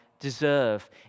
Deserve